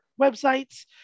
websites